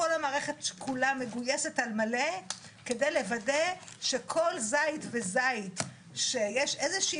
כל המערכת כולה מגויסת על מלא כדי לוודא שכל זית וזית שיש איזושהי